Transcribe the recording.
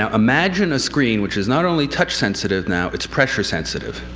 ah imagine a screen, which is not only touch-sensitive now, it's pressure-sensitive.